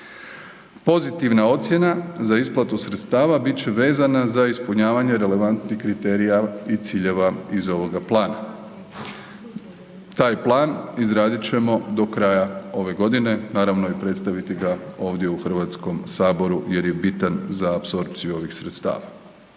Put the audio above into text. Pozitivna ocjena za isplatu sredstava bit će vezana za ispunjavanje relevantnih kriterija i ciljeva iz ovoga plana. Taj plan izradit ćemo do kraja ove godine i naravno, predstaviti ga ovdje u HS-u jer je bitan za apsorpciju ovih sredstava.